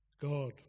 God